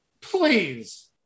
Please